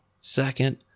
Second